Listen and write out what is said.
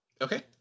Okay